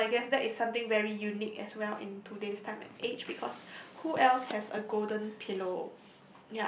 so I guess that is something very unique as well in today's time and age because who else has a golden pillow